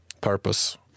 purpose